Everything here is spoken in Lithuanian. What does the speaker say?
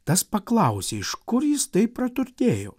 tas paklausė iš kur jis taip praturtėjo